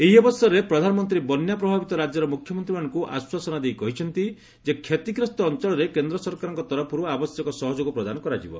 ଏହି ଅବସରରେ ପ୍ରଧାନମନ୍ତ୍ରୀ ବନ୍ୟା ପ୍ରଭାବିତ ରାଜ୍ୟର ମୁଖ୍ୟମନ୍ତ୍ରୀମାନଙ୍କୁ ଆସ୍ପାସନା ଦେଇ କହିଛନ୍ତି ଯେ କ୍ଷତିଗ୍ରସ୍ତ ଅଞ୍ଚଳରେ କେନ୍ଦ୍ର ସରକାରଙ୍କ ତରଫରୁ ଆବଶ୍ୟକ ସହଯୋଗ ପ୍ରଦାନ କରାଯିବ